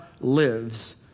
lives